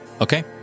Okay